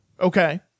Okay